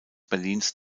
berlins